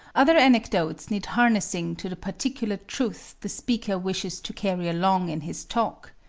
other anecdotes need harnessing to the particular truth the speaker wishes to carry along in his talk.